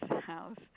house